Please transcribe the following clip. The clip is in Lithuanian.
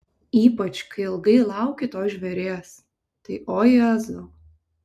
ypač kai ilgai lauki to žvėries tai o jėzau